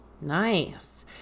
Nice